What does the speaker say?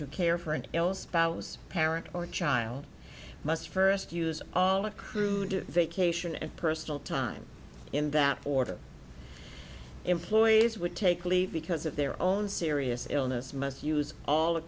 to care for an ill spouse parent or child must first use all accrued vacation and personal time in that order employees would take leave because of their own serious illness must use all